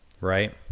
right